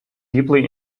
deeply